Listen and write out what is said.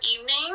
evening